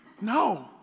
No